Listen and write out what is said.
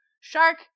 shark